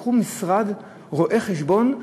לקחו משרד רואה-חשבון,